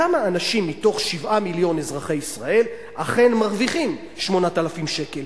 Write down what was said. כמה אנשים מתוך 7 מיליון אזרחי ישראל אכן מרוויחים 8,000 שקל?